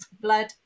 blood